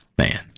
Man